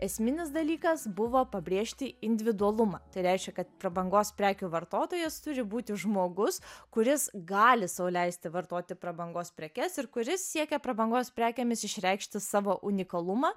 esminis dalykas buvo pabrėžti individualumą tai reiškia kad prabangos prekių vartotojas turi būti žmogus kuris gali sau leisti vartoti prabangos prekes ir kuris siekia prabangos prekėmis išreikšti savo unikalumą